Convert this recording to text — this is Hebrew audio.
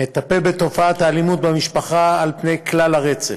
מטפל בתופעת האלימות במשפחה על פני כלל הרצף,